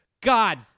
God